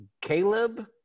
Caleb